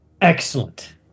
Excellent